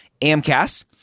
amcas